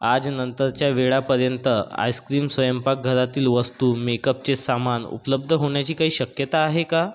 आज नंतरच्या वेळापर्यंत आईस्क्रीम स्वयंपाकघरातील वस्तू मेकअपचे सामान उपलब्ध होण्याची काही शक्यता आहे का